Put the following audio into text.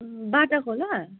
बाटाको होला